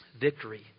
victory